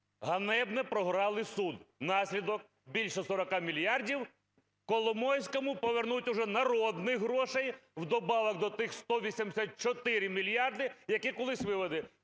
Ганебно програли суд. Наслідок: більше 40 мільярдів Коломойському повернуть вже народних грошей в добавок до тих 184 мільярдів, які колись вивели.